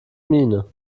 miene